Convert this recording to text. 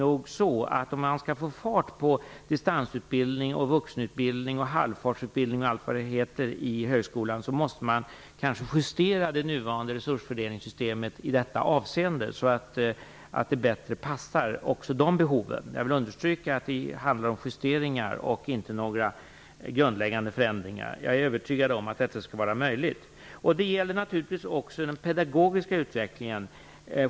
Om man skall få fart på distansutbildning, vuxenutbildning, halvfartsutbildning m.m. i högskolan måste man kanske justera det nuvarande resursfördelningssystemet i detta avseende så att det bättre passar även dessa behov. Jag vill understryka att det handlar om justeringar och inga grundläggande förändringar. Jag är övertygad om att detta är möjligt. Det här gäller naturligtvis också den pedagogiska utvecklingen.